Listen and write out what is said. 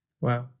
Wow